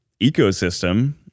ecosystem